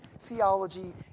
theology